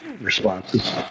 responses